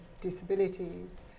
disabilities